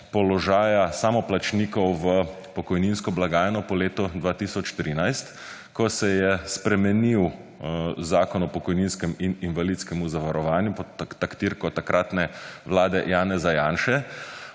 položaja samoplačnikov v pokojninsko blagajno po letu 2013, ko se je spremenil Zakon o pokojninskem in invalidskem zavarovanju pod taktirko takratne Vlade Janeza Janše,